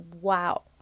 wow